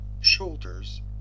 shoulders